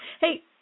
Hey